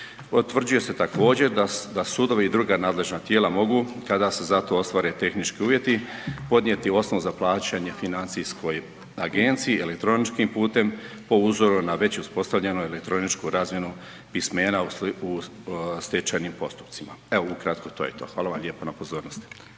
Utvrđuje se također da sudovi i druga nadležna tijela mogu kada se za to ostvare tehnički uvjeti podnijeti osnov za plaćanje financijskoj agenciji i elektroničkim putem po uzoru na već uspostavljenu elektroničku razinu pismena u stečajnim postupcima. Evo ukratko to je to. Hvala vam lijepa na pozornosti.